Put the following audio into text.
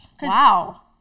wow